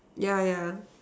yeah yeah